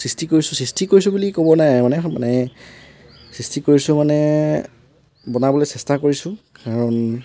সৃষ্টি কৰিছোঁ সৃষ্টি কৰিছোঁ বুলি ক'ব নাই আৰু মানে সৃষ্টি কৰিছোঁ মানে বনাবলৈ চেষ্টা কৰিছোঁ কাৰণ